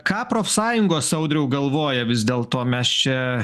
ką profsąjungos audriau galvoja vis dėlto mes čia